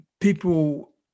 people